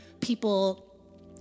people